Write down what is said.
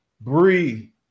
Bree